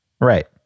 Right